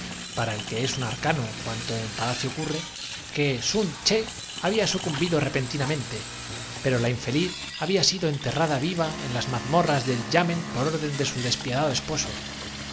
para el que es un arcano cuan que no se invada el domicilio de la virgen to en palacio ocurre que sun ché había sucumbido adelanteexclamó king seng tomando de la mano repentinamente pero la infeliz había sido enterrada á clara para conducirla a la litera en nombre del em viva en las mazmorras del yamen por orden de su des perador piadado esposo